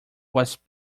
was